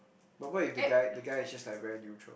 but what if the guy the guy is just like very neutral